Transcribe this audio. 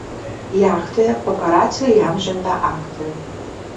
jachtoje paparacių įamžinta aktorė